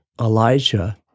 Elijah